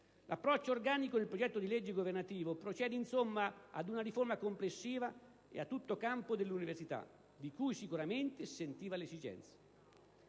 L'approccio organico del progetto di legge governativo procede insomma ad una riforma complessiva e a tutto campo dell'università, di cui sicuramente si sentiva l'esigenza.